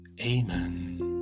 Amen